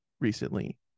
recently